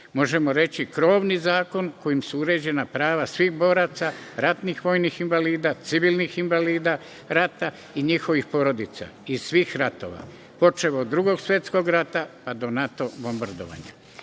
možemo reći krovni zakon kojim su uređena prava svih boraca, ratnih vojnih invalida, civilnih invalida rata i njihovih porodica iz svih ratova, počev od Drugog svetskog rata, pa do NATO bombardovanja. Do